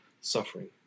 suffering